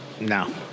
No